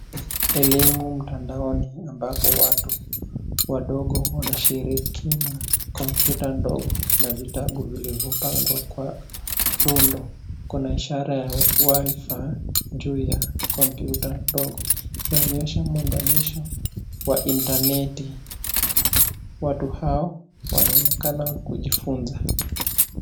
Elimu mtandaoni amabapo watu wadogo wanashiriki na komyuta ndogo na vitabu zilivyopangwa kwa rundo. Kuna ishara ya Wi-Fi juu ya kompyuta dogo ikionyesha muunganisho wa intaneti, watu hao wanaonekana kujiunza.